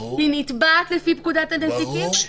והיא נתבעת לפי פקודת הנזיקין,